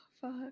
Fuck